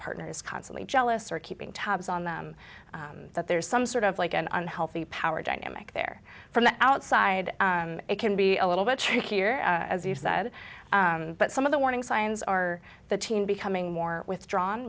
partner is constantly jealous or keeping tabs on them that there's some sort of like an unhealthy power dynamic there from the outside it can be a little bit trickier as you said but some of the warning signs are the teen becoming more withdrawn